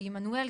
בעמנואל,